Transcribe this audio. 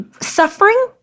suffering